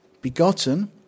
begotten